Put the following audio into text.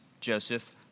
Joseph